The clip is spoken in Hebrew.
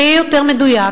זה יהיה יותר מדויק,